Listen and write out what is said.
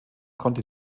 konnte